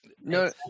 No